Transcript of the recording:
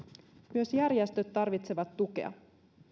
myös järjestöt tarvitsevat tukea